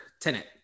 tenant